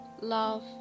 love